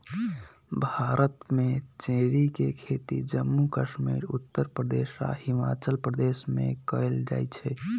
भारत में चेरी के खेती जम्मू कश्मीर उत्तर प्रदेश आ हिमाचल प्रदेश में कएल जाई छई